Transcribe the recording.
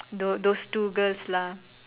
those those two girls lah